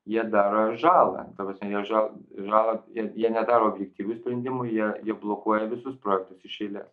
jie daro žalą ta prasme jie žal žalą jie jie nedaro objektyvių sprendimų jie jie blokuoja visus projektus iš eilės